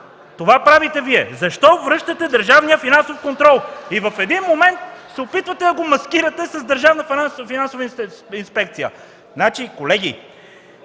Това правите Вие. Защо връщате Държавния финансов контрол? И в един момент се опитвате да го маскирате с Държавна финансова инспекция. Колеги,